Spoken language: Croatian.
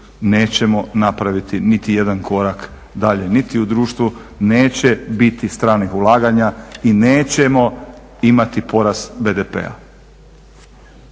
nećemo napraviti niti jedan korak dalje niti u društvu, neće biti stranih ulaganja i nećemo imati porast BDP-a.